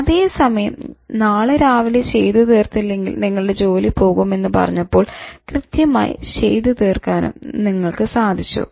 അതേസമയം നാളെ രാവിലെ ചെയ്തു തീർത്തില്ലെങ്കിൽ നിങ്ങളുടെ ജോലി പോകും എന്ന് പറഞ്ഞപ്പോൾ കൃത്യമായി ചെയ്ത് തീർക്കാനും നിങ്ങൾക്ക് സാധിച്ചു